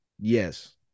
Yes